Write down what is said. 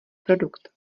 produkt